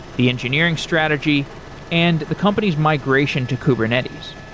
the engineering strategy and the company's migration to kubernetes.